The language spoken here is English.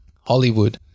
Hollywood